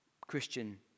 Christian